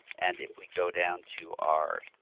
and if we go down to our